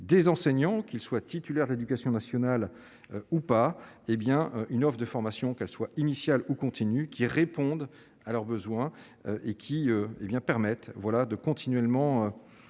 des enseignants, qu'ils soient titulaires de l'Éducation nationale ou pas, hé bien, une hausse de formation qu'elle soit initiale ou continue, qui répondent à leurs besoins et qui est bien permettent voilà deux continuellement